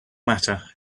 matter